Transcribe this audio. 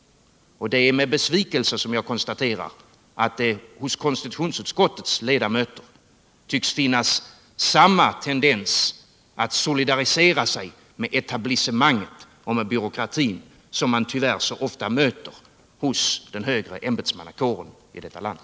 Det är med besvikelse jag konstaterar att det hos konstitutionsutskottets ledamöter tycks finnas samma tendens att solidarisera sig med etablissemanget och med byråkratin som man tyvärr så ofta möter inom den högre ämbetsmannakåren i detta land.